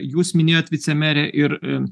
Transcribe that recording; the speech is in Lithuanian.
jūs minėjot vicemere ir